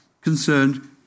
concerned